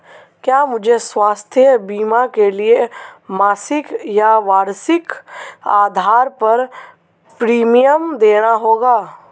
क्या मुझे स्वास्थ्य बीमा के लिए मासिक या वार्षिक आधार पर प्रीमियम देना होगा?